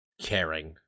caring